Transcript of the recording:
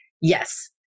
Yes